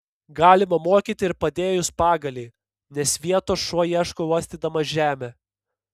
galima mokyti ir padėjus pagalį nes vietos šuo ieško uostydamas žemę